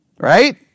Right